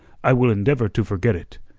i will endeavour to forget it,